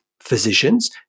physicians